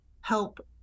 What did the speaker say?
help